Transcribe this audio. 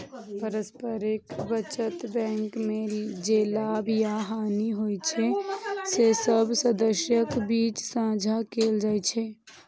पारस्परिक बचत बैंक मे जे लाभ या हानि होइ छै, से सब सदस्यक बीच साझा कैल जाइ छै